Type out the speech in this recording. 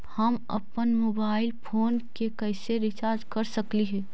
हम अप्पन mobile phone के कैसे रिचार्ज कर सकली हे?